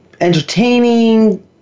entertaining